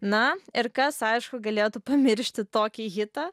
na ir kas aišku galėtų pamiršti tokį hitą